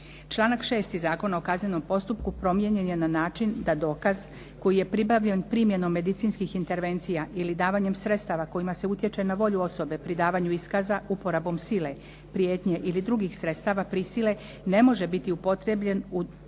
Članak 6. Zakona o kaznenom postupku promijenjen je na način da dokaz koji je pribavljen primjenom medicinskih intervencija ili davanjem sredstava kojima se utječe na volju osobe pri davanju iskaza uporabom sile, prijetnje ili drugih sredstava prisile ne može biti upotrijebljen u